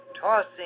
tossing